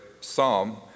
psalm